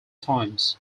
times